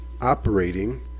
operating